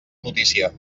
notícia